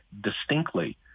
distinctly